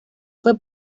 fue